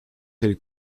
del